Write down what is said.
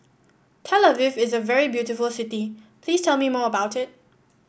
Tel Aviv is a very beautiful city please tell me more about it